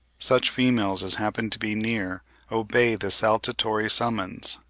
such females as happen to be near obey this saltatory summons,